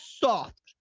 soft